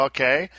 Okay